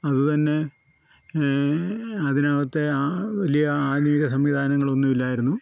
അതുതന്നെ അതിനകത്തെ ആ വലിയ ആധുനിക സംവിധാനങ്ങളൊന്നും ഇല്ലായിരുന്നു